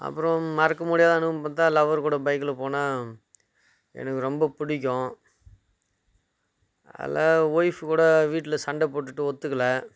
அப்புறம் மறக்க முடியாத அனுபவம் பார்த்தா லவ்வர் கூட பைக்ல போனால் எனக்கு ரொம்ப பிடிக்கும் இல்ல ஒயிஃப் கூட வீட்டில சண்டை போட்டுட்டு ஒத்துக்கலை